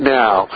now